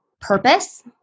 purpose